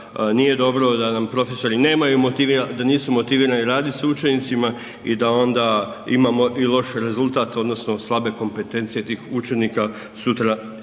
nije dobro da nam profesori nisu motivirani raditi s učenicima i da onda imamo i loš rezultat odnosno slabe kompetencije tih učenika sutra